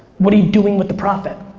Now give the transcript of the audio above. what are you doing with the profit?